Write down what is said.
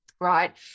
right